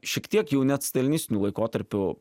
šiek tiek jau net stalinistiniu laikotarpiu